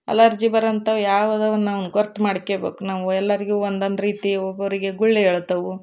allergy ಬರುವಂಥವು ಯಾವ್ದು ಅವನ್ನು ನಾವು ಗೊತ್ತ್ ಮಾಡ್ಕ್ಯಬೇಕು ನಾವು ಎಲ್ಲರಿಗೂ ಒಂದೊಂದು ರೀತಿ ಒಬ್ಬೊಬ್ಬರಿಗೆ ಗುಳ್ಳೆ ಏಳ್ತವೆ